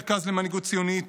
המרכז למנהיגות ציונית,